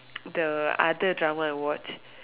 the other drama I watch